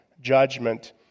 judgment